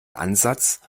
ansatz